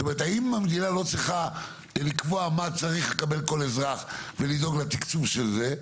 האם המדינה לא צריכה לקבוע מה צריך לקבל כל אזרח ולדאוג לתקצוב של זה?